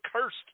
cursed